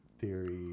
theory